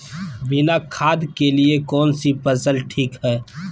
बिना खाद के लिए कौन सी फसल ठीक है?